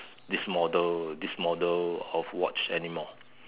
this model this model of watch anymore